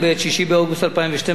6 באוגוסט 2012,